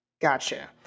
Gotcha